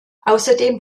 außerdem